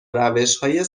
روشهای